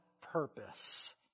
purpose